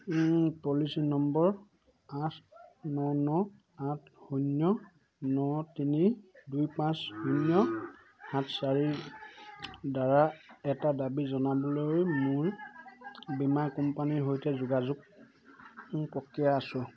policy number আঠ ন ন আঠ শূন্য ন তিনি দুই পাঁচ শূন্য সাত চাৰিৰদ্বাৰা এটা দাবী জনাবলৈ মোৰ বীমা কোম্পানীৰ সৈতে যোগাযোগ প্ৰক্ৰিয়াত আছোঁ